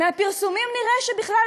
מהפרסומים נראה שבכלל